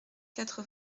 quatre